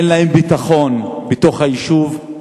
אין להם ביטחון בתוך היישוב.